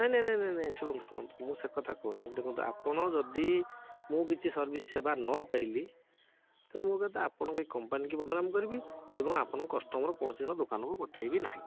ନାଇଁ ନାଇଁ ନାଇଁ ନାଇଁ ଶୁଣନ୍ତୁ ଶୁଣନ୍ତୁ ମୁଁ ସେ କଥା କହୁନି ଦେଖନ୍ତୁ ଆପଣ ଯଦି ମୁଁ କିଛି ସର୍ଭିସ ସେବା ନ ପାଇଲି ତେଣୁ ମୋ କହିବା କଥା ଆପଣଙ୍କ ଏଇ କମ୍ପାନୀକୁ ବଦନାମ କରିବି ଏବଂ ଆପଣଙ୍କ କଷ୍ଟମର କୌଣସି ଏକ ଦୋକାନକୁ ପଠେଇବି ନାହିଁ